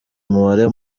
umubare